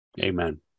Amen